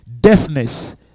deafness